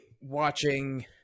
watching